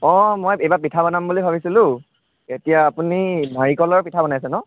অঁ মই এইবাৰ পিঠা বনাম বুলি ভাবিছিলোঁ এতিয়া আপুনি নাৰিকলৰ পিঠা বনাইছে ন